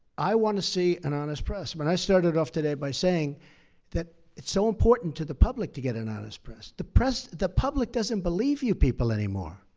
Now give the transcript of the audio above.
i want to see an honest press. when i started off today by saying that it's so important to the public to get an honest press. the press the public doesn't believe you people anymore.